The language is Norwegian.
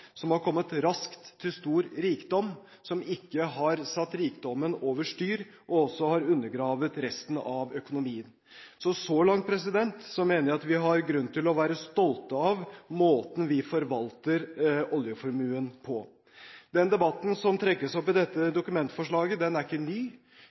som har kommet raskt til stor rikdom, som ikke har satt rikdommen over styr, og som også har undergravet resten av økonomien. Så så langt mener jeg at vi har grunn til å være stolte av måten vi forvalter oljeformuen på. Den debatten som trekkes opp i dette